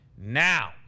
Now